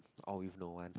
oh if no one